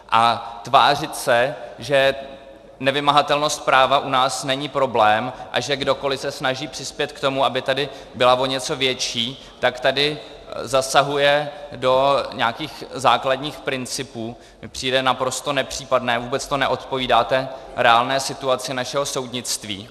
A tvářit se, že nevymahatelnost práva u nás není problém a že kdokoliv se snaží přispět k tomu, aby tady byla o něco větší, tak tady zasahuje do nějakých základních principů, mi přijde naprosto nepřípadné, vůbec to neodpovídá reálné situaci našeho soudnictví.